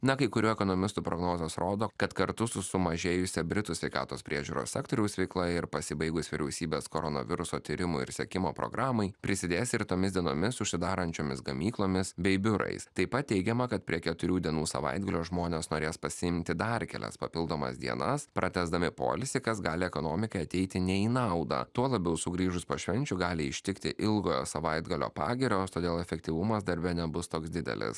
na kai kurių ekonomistų prognozės rodo kad kartu su sumažėjusia britų sveikatos priežiūros sektoriaus veikla ir pasibaigus vyriausybės koronaviruso tyrimų ir sekimo programai prisidės ir tomis dienomis užsidarančiomis gamyklomis bei biurais taip pat teigiama kad prie keturių dienų savaitgalio žmonės norės pasiimti dar kelias papildomas dienas pratęsdami poilsį kas gali ekonomikai ateiti ne į naudą tuo labiau sugrįžus po švenčių gali ištikti ilgojo savaitgalio pagirios todėl efektyvumas darbe nebus toks didelis